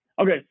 Okay